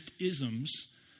isms